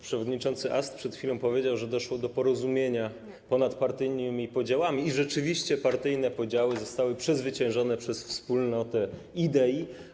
Przewodniczący Ast przed chwilą powiedział, że doszło do porozumienia ponad partyjnymi podziałami, i rzeczywiście partyjne podziały zostały przezwyciężone przez wspólnotę idei.